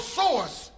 source